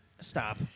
Stop